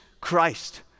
Christ